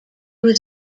was